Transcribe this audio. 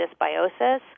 dysbiosis